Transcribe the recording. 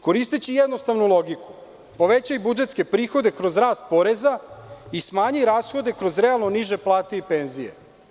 Koristeći jednostavnu logiku, povećaj budžetske prihode kroz rast poreza i smanji rashode kroz realno niže plate i penzije.